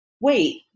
wait